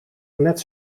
net